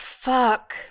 Fuck